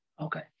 Okay